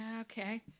okay